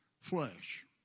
flesh